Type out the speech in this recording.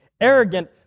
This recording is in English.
arrogant